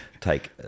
take